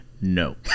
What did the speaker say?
no